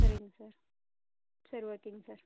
சரிங்க சார் சரி ஓகேங்க சார்